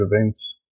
events